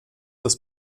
das